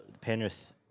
Penrith